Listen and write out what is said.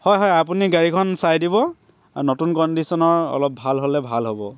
হয় হয় আপুনি গাড়ীখন চাই দিব আৰু নতুন কণ্ডিশ্যনৰ অলপ ভাল হ'লে ভাল হ'ব